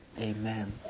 Amen